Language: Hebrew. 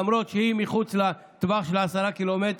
למרות שהיא מחוץ לטווח של 10 ק"מ,